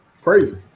Crazy